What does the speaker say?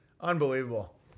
unbelievable